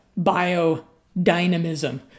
biodynamism